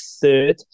third